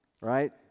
right